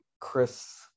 Chris